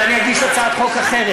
אולי אני אגיש הצעת חוק אחרת,